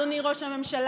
אדוני ראש הממשלה,